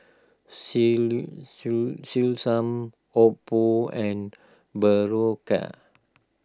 Selsun Oppo and Berocca